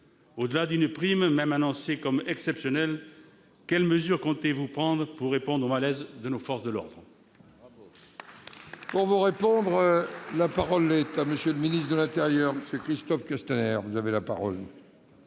Au-delà de la prime, annoncée comme exceptionnelle, quelles mesures comptez-vous prendre pour répondre au malaise de nos forces de l'ordre ?